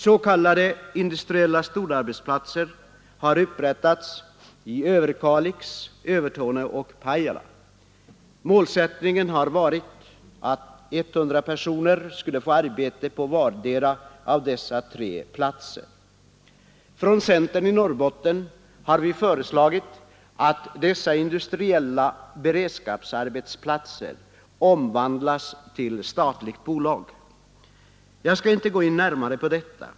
S. k. industriella storarbetsplatser har upprättats i Överkalix, Övertorneå och Pajala. Målsättningen har varit att 100 personer skall få arbete på vardera av dessa tre platser. Från centern i Norrbotten har vi föreslagit att dessa industriella beredskapsarbetsplatser skall omvandlas till statligt bolag. Jag skall inte gå närmare in på den saken nu.